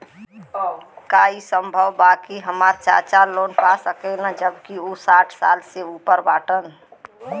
का ई संभव बा कि हमार चाचा लोन पा सकेला जबकि उ साठ साल से ऊपर बाटन?